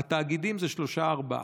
התאגידים הם שלושה-ארבעה.